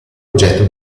oggetto